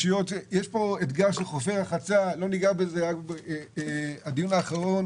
גם אתגר של חופי רחצה, הדיון האחרון